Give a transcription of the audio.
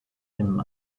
grimm